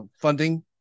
funding